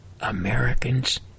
Americans